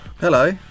Hello